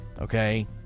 okay